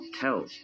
tell